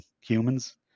humans